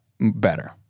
better